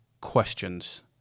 questions